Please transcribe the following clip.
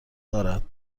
دارد